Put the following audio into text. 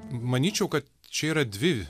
manyčiau kad čia yra dvi